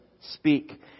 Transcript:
speak